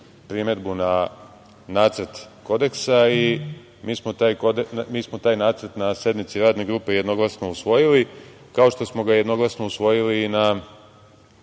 primedbu na Nacrt kodeksa. Mi smo taj Nacrt na sednici Radne grupe jednoglasno usvojili, kao što smo ga jednoglasno usvojili na